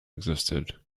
existed